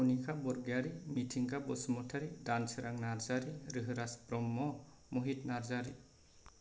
Kanika Bargayari Mithinga Basumatary Dansherang Narzary Gohoraj Brahma Mohit Narzary